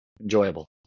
enjoyable